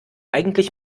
eigentlich